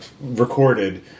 recorded